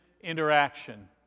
interaction